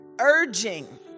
urging